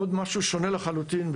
עוד משהו שונה לחלוטין.